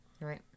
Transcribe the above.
Right